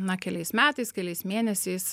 na keliais metais keliais mėnesiais